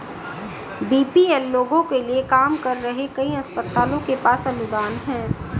BPL लोगों के लिए काम कर रहे कई अस्पतालों के पास अनुदान हैं